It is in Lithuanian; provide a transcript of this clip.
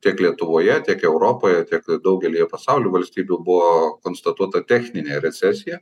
tiek lietuvoje tiek europoje tiek daugelyje pasaulio valstybių buvo konstatuota techninė recesija